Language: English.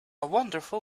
wonderful